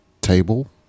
table